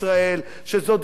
שגם זאת עובדה,